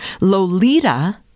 Lolita